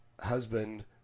Husband